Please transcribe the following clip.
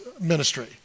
ministry